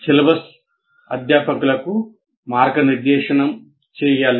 syllabus అధ్యాపకులకు మార్గనిర్దేశం చేయాలి